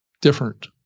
different